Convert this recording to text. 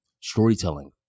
storytelling